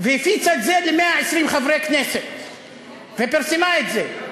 והפיצה את זה ל-120 חברי כנסת ופרסמה את זה,